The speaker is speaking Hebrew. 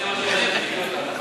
אני מציע שתבדקי אותנו.